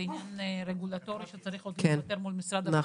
זה עניין רגלטורי שצריך עוד להיפתר מול משרד הבריאות,